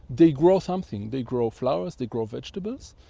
they grow something, they grow flowers, they grow vegetables.